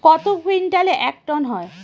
কত কুইন্টালে এক টন হয়?